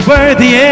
Worthy